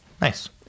Nice